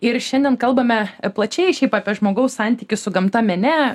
ir šiandien kalbame plačiai šiaip apie žmogaus santykį su gamta mene